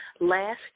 last